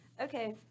okay